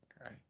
right